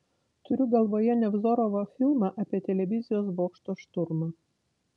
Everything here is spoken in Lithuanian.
turiu galvoje nevzorovo filmą apie televizijos bokšto šturmą